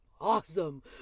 Awesome